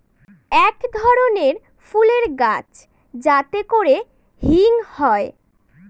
এক ধরনের ফুলের গাছ যাতে করে হিং হয়